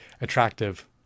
attractive